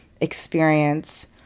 experience